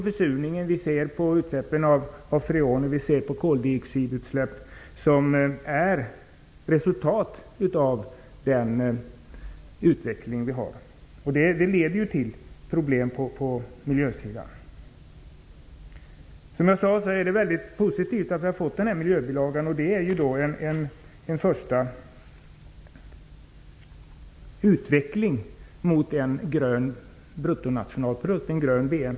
Försurningen, utsläppen av freoner och koldioxidutsläppen är resultat av den utveckling vi har. Det leder till problem på miljösidan. Som jag sade är det mycket positivt att vi fått denna miljöbilaga. Det är en första utveckling mot en grön bruttonationalprodukt, en grön BNP.